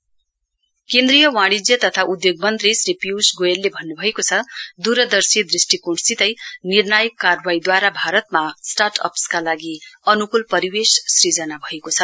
commerce minister केन्द्रीय वाणिज्य तथा उद्योग मन्त्री श्री पीयूष गोयलले भन्नुभएको छ दूरदर्शी दृष्टिकोणसितै निर्णायक कारवाईद्वारा भारतमा स्टार्टअपसका लागि अनुकूल परिवेश सृजना भएको छ